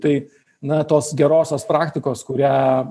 tai na tos gerosios praktikos kurią